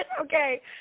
Okay